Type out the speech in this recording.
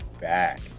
back